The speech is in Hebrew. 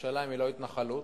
ירושלים היא לא התנחלות,